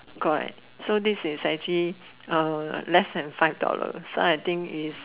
correct so this is actually less than five dollars so I think is